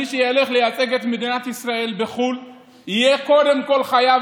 מי שילך לייצג את מדינת ישראל בחו"ל יהיה קודם כול חייב